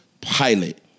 pilot